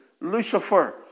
Lucifer